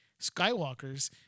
Skywalkers